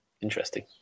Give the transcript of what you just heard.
Interesting